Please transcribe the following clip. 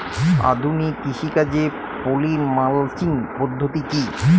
আধুনিক কৃষিকাজে poly mulching পদ্ধতি কি?